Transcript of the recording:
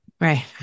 Right